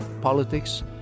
politics